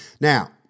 Now